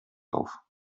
auf